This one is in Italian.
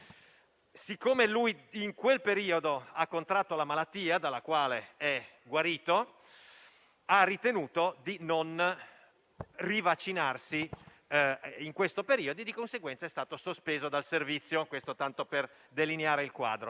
Poiché in quel periodo ha contratto la malattia, dalla quale è guarito, egli ha ritenuto di non rivaccinarsi in questo periodo e, di conseguenza, è stato sospeso dal servizio.